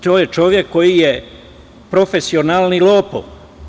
To je čovek koji je profesionalni lopov.